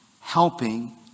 helping